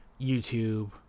YouTube